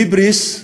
היבריס,